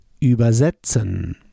übersetzen